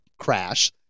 crash